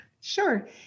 Sure